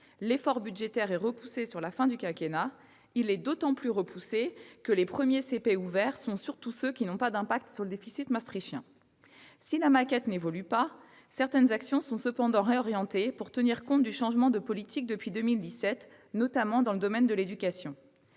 L'effort budgétaire est repoussé vers la fin du quinquennat. Il est d'autant plus repoussé que les premiers crédits de paiement ouverts sont surtout ceux qui n'ont pas d'impact sur le déficit maastrichtien. Si la maquette n'évolue pas, certaines actions sont réorientées pour tenir compte du changement de politique depuis 2017, notamment dans le domaine de l'éducation.